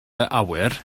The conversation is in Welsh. awyr